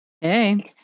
Hey